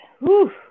whew